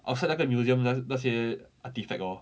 outside 那个 museum 那那些 artifact hor